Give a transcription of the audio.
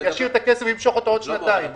ישאיר את הכסף וימשוך אותו בעוד שנתיים.